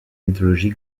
mythologie